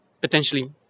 potentially